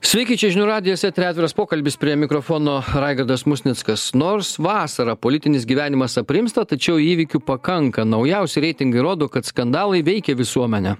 sveiki čia žinių radijo teatre atviras pokalbis prie mikrofono raigardas musnickas nors vasarą politinis gyvenimas aprimsta tačiau įvykių pakanka naujausi reitingai rodo kad skandalai veikia visuomenę